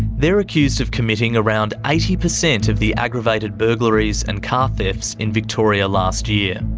they're accused of committing around eighty percent of the aggravated burglaries and car thefts in victoria last year.